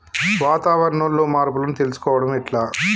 వాతావరణంలో మార్పులను తెలుసుకోవడం ఎట్ల?